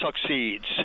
succeeds